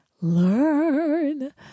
learn